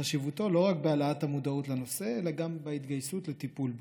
חשיבותו לא רק בהעלאת המודעות לנושא אלא גם בהתגייסות לטיפול בו.